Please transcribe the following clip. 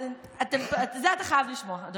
ואני אשמח, עכשיו?